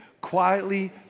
Quietly